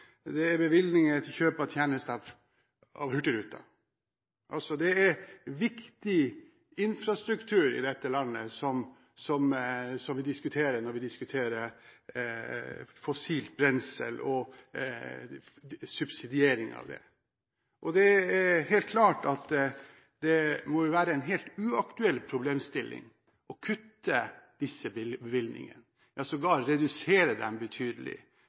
det er bevilgninger til kjøp av tjenester av Hurtigruta. Det er altså viktig infrastruktur i dette landet vi diskuterer når vi diskuterer fossilt brensel og subsidiering av det. Det er klart at det må være en helt uaktuell problemstilling å kutte disse bevilgningene, ja sågar redusere dem betydelig.